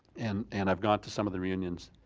and and i've gone to some of the reunions,